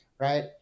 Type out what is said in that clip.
right